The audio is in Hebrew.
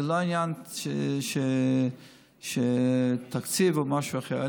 זה לא עניין תקציבי או משהו אחר.